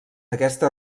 aquesta